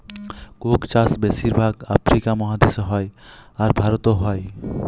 Coke চাষ বেশির ভাগ আফ্রিকা মহাদেশে হ্যয়, আর ভারতেও হ্য়য়